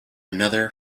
another